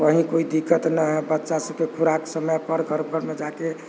कहीँ कोइ दिक्कत न हइ बच्चासभके खुराक समयपर घर परमे जाके